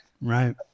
Right